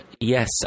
yes